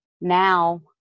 now